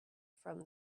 from